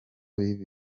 biba